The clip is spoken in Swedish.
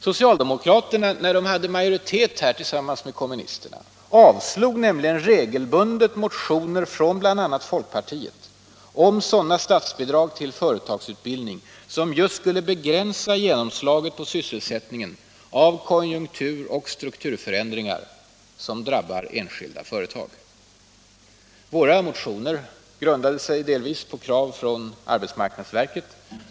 Socialdemokraterna avslog nämligen regelbundet motioner från bl.a. folkpartiet om sådana statsbidrag till företagsutbildning som just skulle begränsa genomslaget på syssel sättningen av konjunktur och strukturförändringar vilka drabbar enskilda företag. Våra motioner grundade sig delvis på krav från AMS.